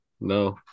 No